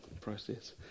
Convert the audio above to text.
process